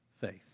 faith